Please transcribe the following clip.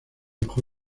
dejó